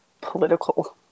political